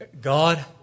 God